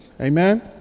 Amen